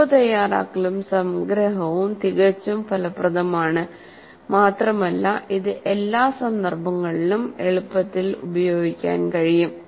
കുറിപ്പ് തയ്യാറാക്കലും സംഗ്രഹവും തികച്ചും ഫലപ്രദമാണ് മാത്രമല്ല ഇത് എല്ലാ സന്ദർഭങ്ങളിലും എളുപ്പത്തിൽ ഉപയോഗിക്കാൻ കഴിയും